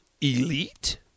elite